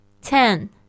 Ten